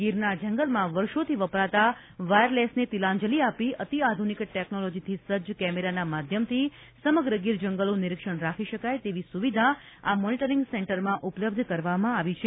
ગીર ના જંગલ માં વર્ષોથી વપરાતા વાયરલેસ ને તિલાંજલિ આપી અતિ આધુનિક ટેકનોલોજી થી સજ્જ કેમેરા ના માધ્યમથી સમગ્ર ગીર જંગલ નું નિરીક્ષણ રાખી શકાય તેવી સુવિધા આ મોનોટરિંગ સેન્ટર માં ઉપલબ્ધ કરવામાં આવી છે